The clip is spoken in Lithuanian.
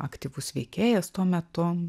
aktyvus veikėjas tuo metu